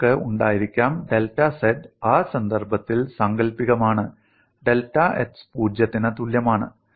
നിങ്ങൾക്ക് ഉണ്ടായിരിക്കാം delta z ആ സന്ദർഭത്തിൽ സാങ്കൽപ്പികമാണ് ഡെൽറ്റ x 0 ത്തിന് തുല്യമാണ്